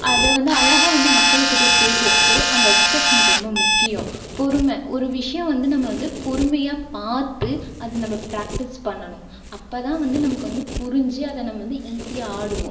அதை வந்து அழகாக வந்து மக்களுக்கு போய் சேர்க்குறோம் ஸோ அந்த எக்ஸ்ப்ரஷன் ரொம்ப முக்கியம் பொறுமை ஒரு விஷயம் வந்து நம்ம வந்து பொறுமையாக பார்த்து அது நம்ம ப்ராக்டிஸ் பண்ணணும் அப்போ தான் வந்து நமக்கு வந்து புரிஞ்சு அதை நம்ம வந்து ஈஸியாக ஆடுவோம்